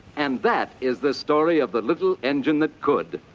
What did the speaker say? and that is the story of the little engine that could.